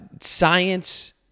science